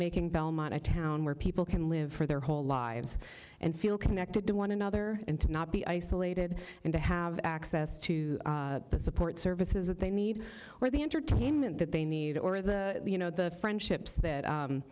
making belmont a town where people can live for their whole lives and feel connected to one another and to not be isolated and to have access to the support services that they need or the entertainment that they need or the you know the friendships that